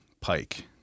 pike